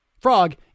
frog